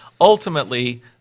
ultimately